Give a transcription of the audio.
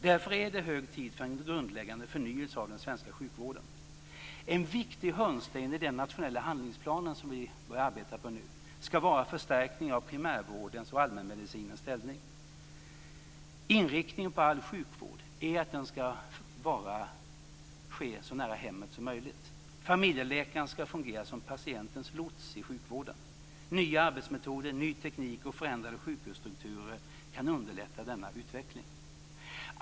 Därför är det hög tid för en grundläggande förnyelse av den svenska sjukvården. En viktig hörnsten i den nationella handlingsplan som vi nu börjar arbeta på ska vara förstärkning av primärvårdens och allmänmedicinens ställning. Inriktningen för all sjukvård är att den ska ske så nära hemmet som möjligt. Familjeläkaren ska fungera som patientens lots i sjukvården. Nya arbetsmetoder, ny teknik och förändrade sjukhusstrukturer kan underlätta denna utveckling.